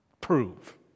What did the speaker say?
prove